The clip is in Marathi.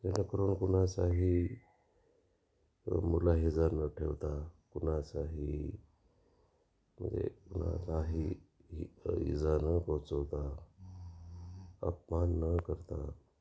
जेणेकरून कुणाचाही मुलाहिजा न न ठेवता कुणाचाही म्हणजे कुणालाही इजा न पोचवता अपमान न करता